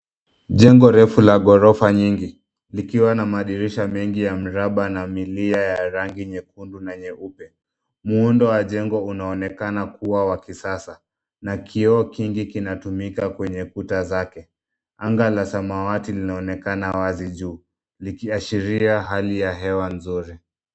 Jengo refu la ghorofa nyingi. Likiwa na madirisha mengi ya mraba na milia ya rangi nyekundu na nyeupe. Muundo wa jengo unaonekana kuwa wa kisasa. Na kioo kingi kinatumika kwenye kuta zake. Anga la samawati linaonekana wazi juu, likiashiria hali ya hewa nzuri.